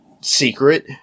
secret